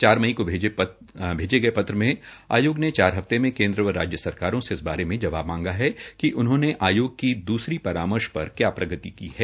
चार मई को भेजे पत्र के जरिये आयोग ने चार हफ्ते के केन्द्र व राज्य सरकारों से इस बारे मे जवाब मांगा है कि उन्होंने आयोग की दूसरी परामर्श पर क्या प्रगति की है